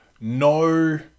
no